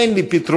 אין לי פתרונים.